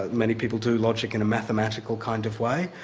many people do logic in a mathematical kind of way.